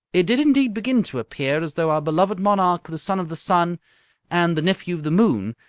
it did indeed begin to appear as though our beloved monarch, the son of the sun and the nephew of the moon,